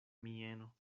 mieno